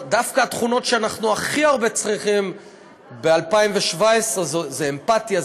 דווקא התכונות שאנחנו הכי הרבה צריכים ב-2017 הן אמפתיה,